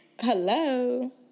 Hello